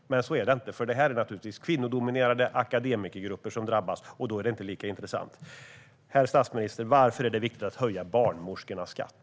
Men så är det inte eftersom det naturligtvis är fråga om kvinnodominerade akademikergrupper som drabbas, och då är det inte lika intressant. Herr statsminister! Varför är det viktigt att höja barnmorskornas skatt?